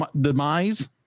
demise